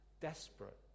desperate